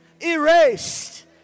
erased